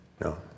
No